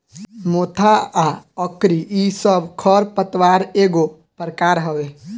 मोथा आ अकरी इ सब खर पतवार एगो प्रकार हवे